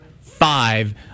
five